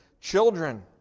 children